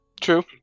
True